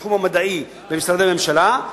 בתחום המדעי במשרדי ממשלה,